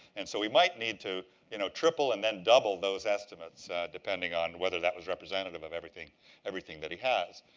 and so we might need to you know triple and then double those estimates depending on whether that was representative of everything everything that he has.